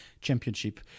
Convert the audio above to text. championship